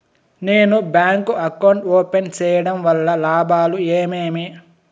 నేను bank account open సేయడం వల్ల లాభాలు ఏమేమి?